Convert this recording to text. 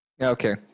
Okay